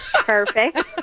Perfect